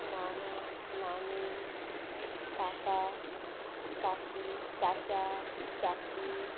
नाना नानी काका काकी चाचा चाची